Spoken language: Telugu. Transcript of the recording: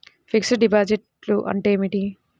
ఫిక్సడ్ డిపాజిట్లు అంటే ఏమిటి?